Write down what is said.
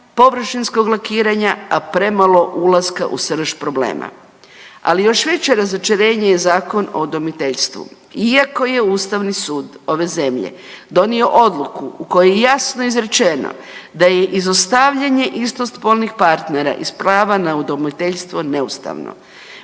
površinskog lakiranja, a premalo ulaska u srž problema. Ali još veće razočarenje je Zakon o udomiteljstvu. Iako je ustavni sud ove zemlje donio odluku u kojoj je jasno izrečeno da je izostavljanje istospolnih partnera iz prava na udomiteljstvo neustavno.